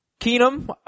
Keenum